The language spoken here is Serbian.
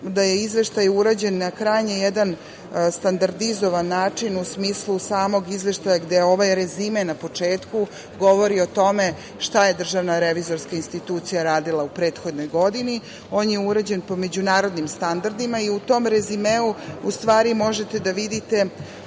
da je izveštaj urađen na krajnje jedan standardizovan način, u smislu samog izveštaja, gde ovaj rezime na početku govori o tome šta je DRI radila u prethodnoj godini. On je urađen po međunarodnim standardima i u tom rezimeu, u stvari, možete da vidite